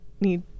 need